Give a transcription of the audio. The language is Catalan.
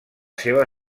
seva